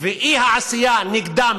והאי-עשייה נגדם,